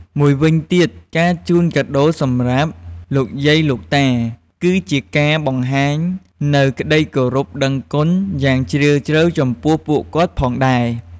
មួយវិញទៀត ការជូនកាដូរសម្រាប់លោកយាយលោកតា គឺជាការបង្ហាញនូវក្តីគោរពដឹងគុណយ៉ាងជ្រាលជ្រៅចំពោះពួកគាត់ ផងដែរ។